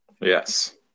Yes